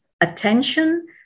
attention